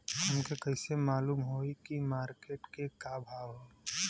हमके कइसे मालूम होई की मार्केट के का भाव ह?